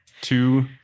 two